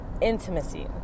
intimacy